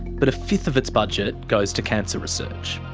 but a fifth of its budget goes to cancer research.